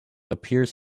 appears